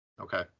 Okay